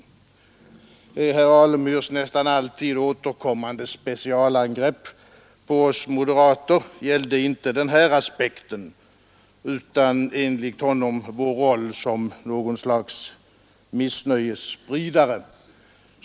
Herr Alemyrs nästan alltid återkommande specialangrepp på oss moderater gällde inte den här aspekten utan enligt honom vår roll som något slags missnöjesspridare.